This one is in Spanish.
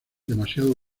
demasiado